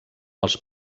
els